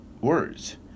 words